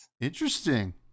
Interesting